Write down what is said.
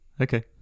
Okay